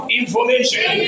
information